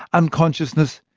unconsciousness,